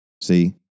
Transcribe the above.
See